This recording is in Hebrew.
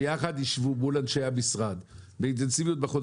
והם ישבו יחד באינטנסיביות מול אנשי המשרד בחודשים